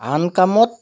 আন কামত